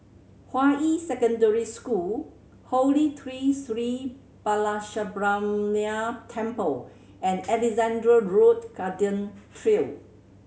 Hua Yi Secondary School Holy Tree Sri Balasubramaniar Temple and Alexandra Road Garden Trail